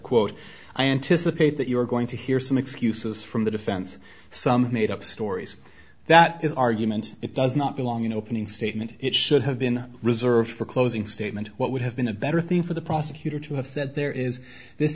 quote i anticipate that you're going to hear some excuses from the defense some made up stories that is argument it does not belong in opening statement it should have been reserved for closing statement what would have been a better thing for the prosecutor to have